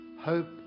hope